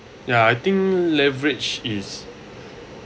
ya I think leverage is